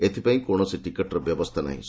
ଏଥିପାଇଁ କୌଣସି ଟିକେଟର ବ୍ୟବସ୍ଥା ନାହିଁ